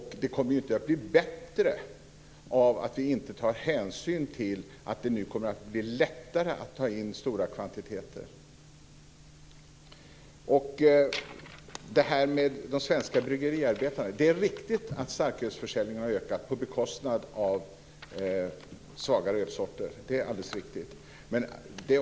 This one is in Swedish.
Situationen kommer ju inte att bli bättre av att vi inte tar hänsyn till att det nu kommer att bli lättare att ta in stora kvantiteter. Det är alldeles riktigt att starkölsförsäljningen har ökat på bekostnad av svagare ölsorter.